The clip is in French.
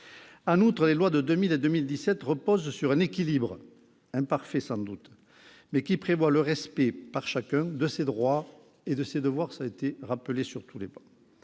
En outre, les lois de 2000 et de 2017 reposent sur un équilibre, imparfait sans doute, mais qui prévoit le respect, par chacun, de ses droits et de ses devoirs : par les collectivités locales,